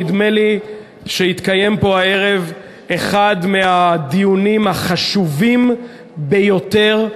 נדמה לי שהתקיים פה הערב אחד מהדיונים החשובים ביותר,